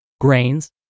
grains